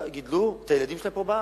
גידלו את הילדים שלהם פה בארץ.